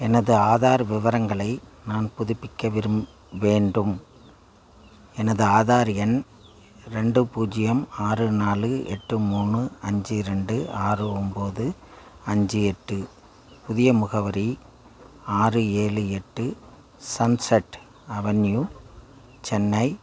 எனது ஆதார் விவரங்களை நான் புதுப்பிக்க விரும் வேண்டும் எனது ஆதார் எண் ரெண்டு பூஜ்ஜியம் ஆறு நாலு எட்டு மூணு அஞ்சு ரெண்டு ஆறு ஒம்பது அஞ்சு எட்டு புதிய முகவரி ஆறு ஏழு எட்டு சன் செட் அவென்யூ சென்னை